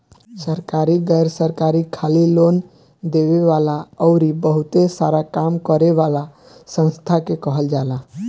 सरकारी, गैर सरकारी, खाली लोन देवे वाला अउरी बहुते सारा काम करे वाला संस्था के कहल जाला